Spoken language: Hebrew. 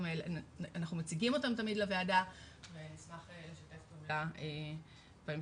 ואנחנו מציגים אותן תמיד לוועדה ונשמח לשתף פעולה בהמשך.